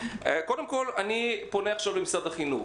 קודם כול, אני פונה עכשיו למשרד החינוך